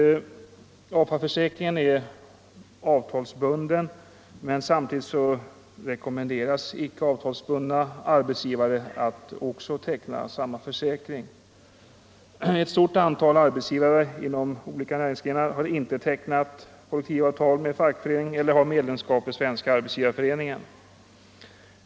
AFA-försäkringen är avtalsbunden, men samtidigt rekommenderas icke avtalsbundna arbetsgivare att teckna samma försäkring. Ett stort antal arbetsgivare inom olika näringsgrenar har inte tecknat kollektivavtal med fackförening eller har inte medlemskap i Svenska arbetsgivareföreningen.